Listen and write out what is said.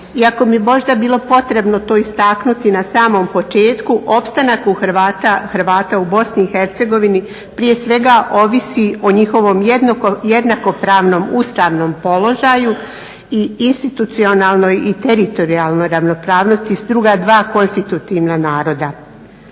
iako bi možda bilo potrebno to istaknuti na samom početku opstanak Hrvata u BiH prije svega ovisi o njihovom jednakopravnom ustavnom položaju i institucionalnoj i teritorijalnoj ravnopravnosti s druga dva konstitutivna naroda.